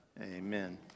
Amen